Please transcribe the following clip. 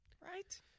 right